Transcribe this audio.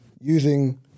using